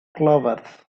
clovers